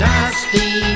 Dusty